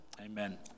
Amen